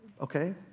Okay